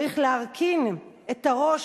צריך להרכין את הראש,